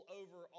over